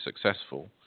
successful